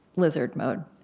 lizard mode.